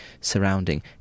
surrounding